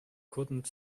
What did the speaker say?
couldn’t